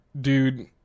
dude